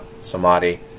samadhi